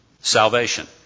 salvation